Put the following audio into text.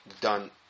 done